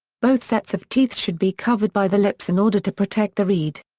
both sets of teeth should be covered by the lips in order to protect the reed.